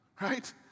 right